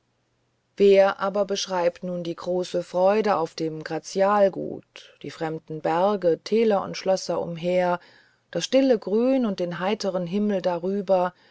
wer aber beschreibt nun die große freude auf dem gratialgute die fremden berge täler und schlösser umher das stille grün und den heitern himmel darüber